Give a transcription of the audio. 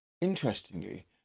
Interestingly